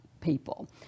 people